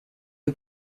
who